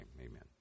amen